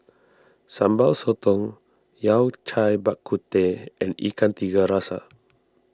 Sambal Sotong Yao Cai Bak Kut Teh and Ikan Tiga Rasa